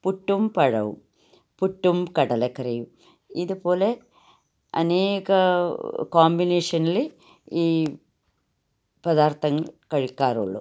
പുട്ടും പഴവും പുട്ടും കടലക്കറിയും ഇതുപോലെ അനേക കോംബിനേഷനിൽ ഈ പദാർത്ഥങ്ങൾ കഴിക്കാറുള്ളൂ